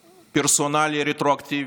פרסונלי-רטרואקטיבי,